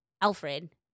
Alfred